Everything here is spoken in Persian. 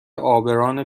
عابران